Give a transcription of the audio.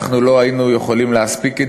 אנחנו לא היינו יכולים להספיק לעשות את